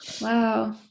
Wow